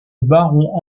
baron